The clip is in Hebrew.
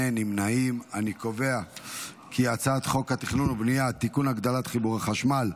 אני קובע כי הצעת חוק התכנון והבנייה (תיקון הגדלת חיבור החשמל),